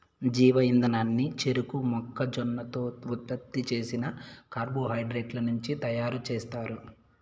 జీవ ఇంధనాన్ని చెరకు, మొక్కజొన్నతో ఉత్పత్తి చేసిన కార్బోహైడ్రేట్ల నుంచి తయారుచేస్తారు